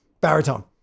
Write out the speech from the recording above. baritone